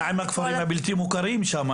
אבל מה עם הכפרים הבלתי מוכרים שם?